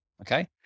Okay